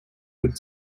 wood